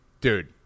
dude